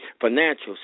financial